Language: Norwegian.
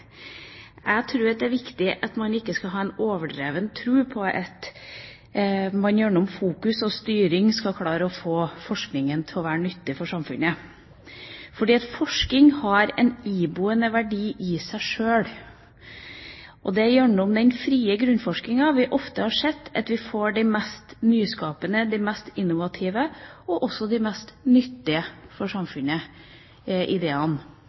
Jeg tror det er viktig at man ikke skal ha en overdreven tro på at man gjennom fokus og styring skal klare å få forskningen til å være nyttig for samfunnet. For forskning har en iboende verdi i seg sjøl. Det er gjennom den frie grunnforskningen vi ofte har sett at vi får de mest nyskapende, de mest innovative og også de mest nyttige ideene for